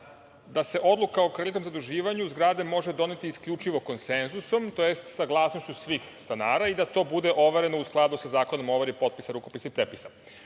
da se odluka o kreditnom zaduživanju zgrade može doneti isključivo konsenzusom, tj. saglasnošću svih stanara i da to bude overeno u skladu sa Zakonom o overi potpisa, rukopisa i prepisa. Ja